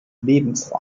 lebensraum